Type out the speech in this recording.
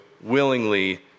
willingly